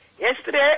Yesterday